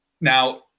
Now